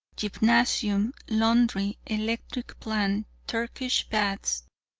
gymnasium, laundry, electric plant, turkish baths,